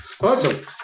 Awesome